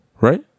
Right